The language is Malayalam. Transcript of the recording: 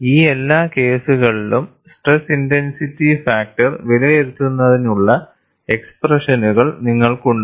ഈ എല്ലാ കേസുകളിലും സ്ട്രെസ് ഇന്റെൻസിറ്റി ഫാക്ടർ വിലയിരുത്തുന്നതിനുള്ള എക്സ്പ്രെഷനുകൾ നിങ്ങൾക്കുണ്ട്